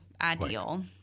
ideal